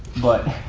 but,